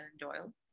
Doyle